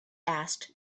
asked